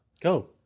Go